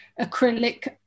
acrylic